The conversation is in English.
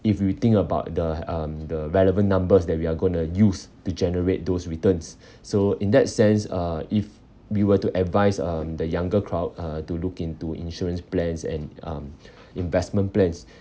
if we think about the um the relevant numbers that we're gonna use to generate those returns so in that sense uh if we were to advise um the younger crowd uh to look into insurance plans and um investment plans